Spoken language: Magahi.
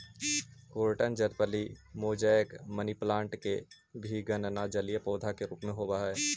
क्रोटन जलपरी, मोजैक, मनीप्लांट के भी गणना जलीय पौधा के रूप में होवऽ हइ